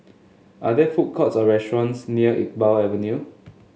are there food courts or restaurants near Iqbal Avenue